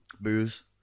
Booze